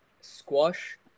Squash